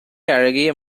அழகிய